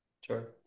sure